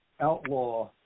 outlaw